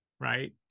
Right